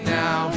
now